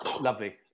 Lovely